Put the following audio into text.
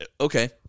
Okay